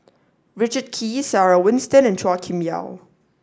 Richard Kee Sarah Winstedt and Chua Kim Yeow